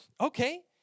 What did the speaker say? okay